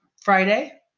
Friday